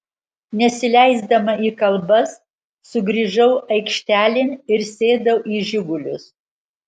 nesileisdama į kalbas sugrįžau aikštelėn ir sėdau į žigulius